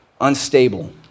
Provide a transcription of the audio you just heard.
unstable